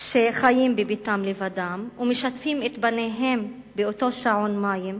שחיים בביתם לבדם ומשתפים את בניהם באותו שעון מים,